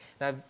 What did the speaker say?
Now